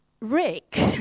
Rick